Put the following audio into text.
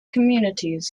communities